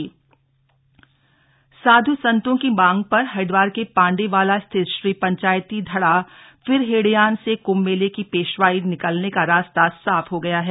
मेलाधिकारी निरीक्षण साध् संतो की मांग पर हरिद्वार के पांडे वाला स्थित श्री पंचायती धड़ा फिर हेडियान से कुंभ मेले की पेशवाई निकलने का रास्ता साफ हो गया है